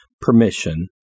permission